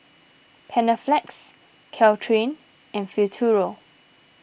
Panaflex Caltrate and Futuro